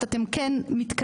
לא כל הזמן להתכתש אחד עם השני,